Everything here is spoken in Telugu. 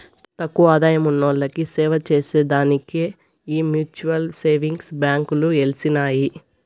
తక్కువ ఆదాయమున్నోల్లకి సేవచేసే దానికే ఈ మ్యూచువల్ సేవింగ్స్ బాంకీలు ఎలిసినాయి